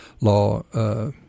law –